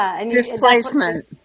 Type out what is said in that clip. Displacement